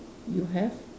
you have